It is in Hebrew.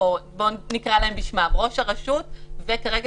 או בוא ונקרא להם בשמם: ראש הרשות וכרגע